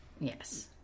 Yes